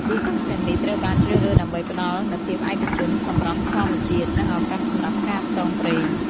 ទីតាំងទាំងនេះត្រូវបានជ្រើសរើសដើម្បីផ្តល់នូវភាពឯកជន សម្រស់ធម្មជាតិ និងឱកាសសម្រាប់ការផ្សងព្រេង។